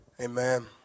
Amen